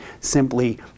simply